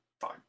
fine